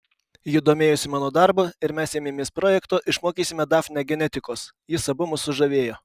ji domėjosi mano darbu ir mes ėmėmės projekto išmokysime dafnę genetikos jis abu mus sužavėjo